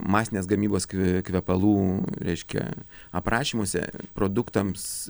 masinės gamybos kvė kvepalų reiškia aprašymuose produktams